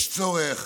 יש צורך